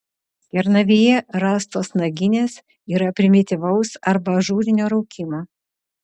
kernavėje rastos naginės yra primityvaus arba ažūrinio raukimo